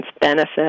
benefit